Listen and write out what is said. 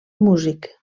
músic